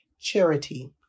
charity